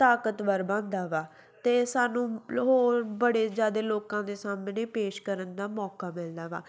ਤਾਕਤਵਰ ਬਣਦਾ ਵਾ ਅਤੇ ਸਾਨੂੰ ਹੋਰ ਬੜੇ ਜ਼ਿਆਦਾ ਲੋਕਾਂ ਦੇ ਸਾਹਮਣੇ ਪੇਸ਼ ਕਰਨ ਦਾ ਮੌਕਾ ਮਿਲਦਾ ਵਾ